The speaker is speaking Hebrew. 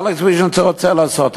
אלכס ויז'ניצר רוצה לעשות,